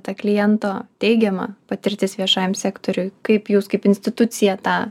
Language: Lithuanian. ta kliento teigiama patirtis viešajam sektoriuj kaip jūs kaip institucija tą